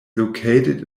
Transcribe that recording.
located